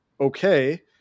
okay